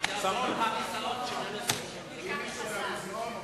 "הכיסאות" של יונסקו.